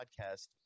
podcast